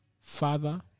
father